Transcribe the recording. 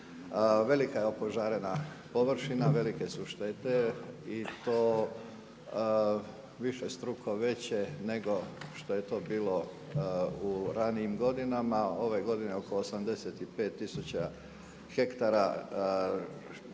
Velika je opožarena površina, velike su štete i to višestruko veće nego što je to bilo u ranijim godinama, ove godine oko 85 tisuća hektara